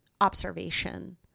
observation